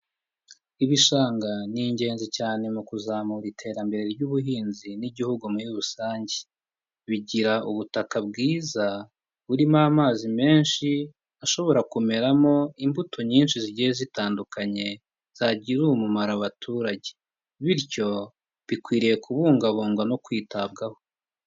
Ibishanga ni ingenzi cyane mu kuzamura iterambere ry'ubuhinzi n'Igihugu muri rusange, bigira ubutaka bwiza burimo amazi menshi ashobora kumeramo imbuto nyinshi zigiye zitandukanye zagirira umumararo abaturage bityo bikwiriye kubungabungwa no kwitabwaho.